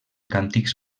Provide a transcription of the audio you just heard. càntics